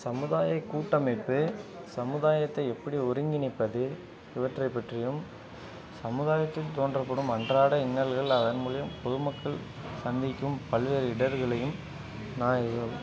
சமுதாய கூட்ட அமைப்பு சமுதாயத்தை எப்படி ஒருங்கிணைப்பது இவற்றை பற்றியும் சமுதாயத்தில் தோன்றபடும் அன்றாட இன்னல்கள் அதன் மூலியம் பொது மக்கள் சந்திக்கும் பல்வேறு இடர்களையும் நான்